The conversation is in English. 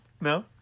No